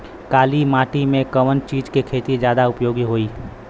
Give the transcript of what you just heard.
काली माटी में कवन चीज़ के खेती ज्यादा उपयोगी होयी?